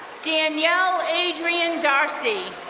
danielle adrian darcy.